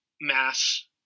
Mass